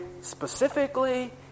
specifically